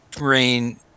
rain